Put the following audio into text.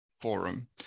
forum